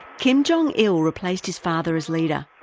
kim jong-il replaced his father as leader,